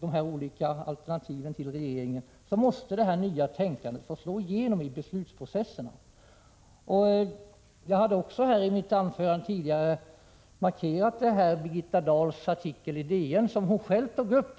med olika alternativ till regeringen, och då måste det här nya tänkandet få slå igenom i beslutsprocesserna. Jag hade tänkt att i mitt anförande markera Birgitta Dahls artikel i Dagens Nyheter, som hon själv tog upp.